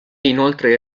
inoltre